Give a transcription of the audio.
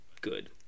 good